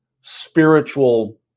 spiritual